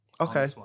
Okay